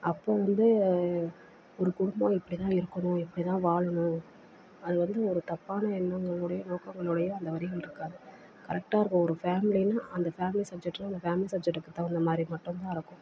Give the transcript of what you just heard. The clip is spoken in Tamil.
அப்போது வந்து ஒரு குடும்பம் இப்படி தான் இருக்கணும் இப்படி தான் வாழணும் அது வந்து ஒரு தப்பான எண்ணங்களுடைய நோக்கங்களுடைய அந்த வரிகள் இருக்காது கரெக்டாக இருக்கும் ஒரு ஃபேமிலினா அந்த ஃபேமிலி சப்ஜெட்டு அந்த ஃபேமிலி சப்ஜெட்டுக்கு தகுந்த மாதிரி மட்டும் தான் இருக்கும்